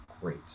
great